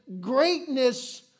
greatness